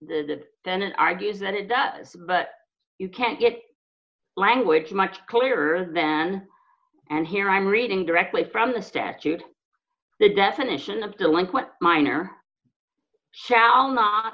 defendant argues that it does but you can't get language much clearer than and here i'm reading directly from the statute the definition of delinquent minor shall not